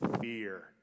fear